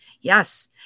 Yes